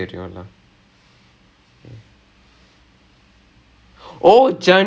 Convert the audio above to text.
ah then I mean err divya is not studying but she has a lot of interest